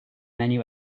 menu